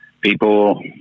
People